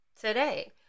today